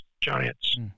giants